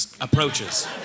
approaches